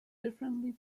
differently